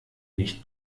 nicht